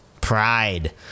pride